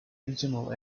regional